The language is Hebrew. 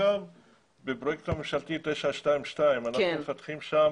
בפרויקט ממשלתי 922 אנחנו מפתחים שם